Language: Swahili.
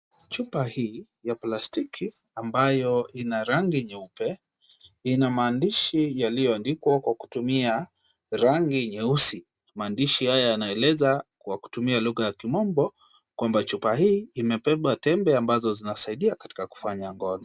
Chupa hii ya plastiki ambayo ina rangi nyeupe, ina maandishi yaliyo andikwa kwa kutumia rangi nyeusi. Maandishi haya yanaeleza kwa kutumia lugha ya kimombo, kwamba chupa hii imebeba tembe ambazo zinasaidia katika kufanya ngono.